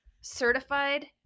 Certified